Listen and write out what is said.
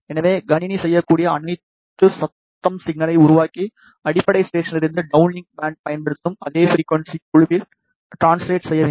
எனவே கணினி செய்ய வேண்டியது அனைத்து சத்தம் சிக்னலை உருவாக்கி அடிப்படை ஸ்டேஷனிலிருந்து டவுன்லிங்க் பேண்ட் பயன்படுத்தும் அதே ஃபிரிக்குவன்ஸி குழுவில் ட்ரான்ஸ்லேட் செய்ய வேண்டும்